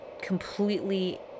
completely